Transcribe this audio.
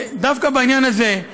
זה לא הרמטכ"ל.